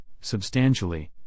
substantially